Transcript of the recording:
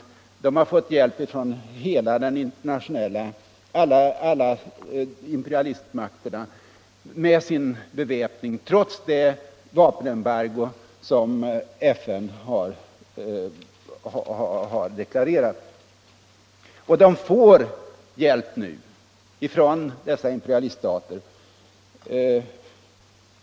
Sydafrika har fått hjälp ifrån alla imperialistmakter med sin beväpning trots det vapenembargo som FN har deklarerat.